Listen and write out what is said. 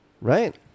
right